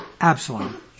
Absalom